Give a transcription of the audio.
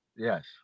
Yes